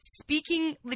Speaking